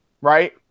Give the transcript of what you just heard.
right